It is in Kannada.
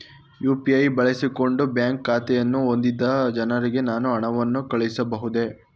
ಯು.ಪಿ.ಐ ಬಳಸಿಕೊಂಡು ಬ್ಯಾಂಕ್ ಖಾತೆಯನ್ನು ಹೊಂದಿರದ ಜನರಿಗೆ ನಾನು ಹಣವನ್ನು ಕಳುಹಿಸಬಹುದೇ?